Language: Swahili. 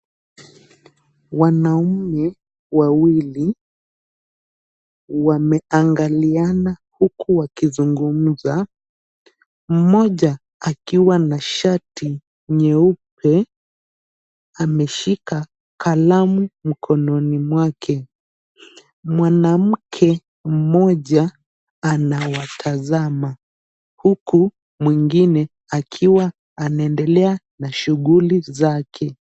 Wanaume wawili wameangaliana huku wakizungumza, mmoja akiwa na shati nyeupe ameshika kalamu mkononi mwake. Mwanamke mmoja anawatazama, huku mwingine akiwa anaendelea na shughuli zake.